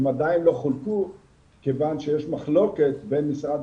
הם עדיין לא חולקו כיוון שיש מחלוקת בין משרד